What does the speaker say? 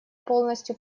полностью